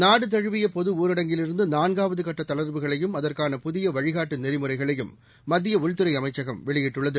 நாடுதழுவிய பொது ஊரடங்கிலிருந்து நான்காவது கட்ட தளர்வுகளையும் அஅற்கான புதிய வழிகாட்டு நெறிமுறைகளையும் மத்திய உள்துறை அமைச்சகம் வெளியிட்டுள்ளது